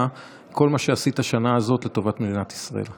על כל מה שעשית בשנה הזאת לטובת מדינת ישראל,